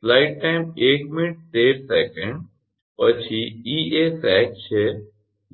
પછી e એ સેગ છે